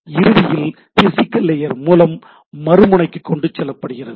இறுதியில் physical layer மூலம் மறுமுனைக்கு கொண்டு செல்லப்படுகிறது